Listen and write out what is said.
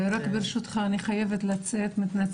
תודה לך אדוני